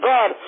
God